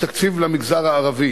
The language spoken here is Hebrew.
התקציב למגזר הערבי